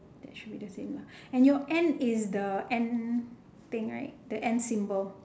that should be the same lah and your and is the and thing right the and symbol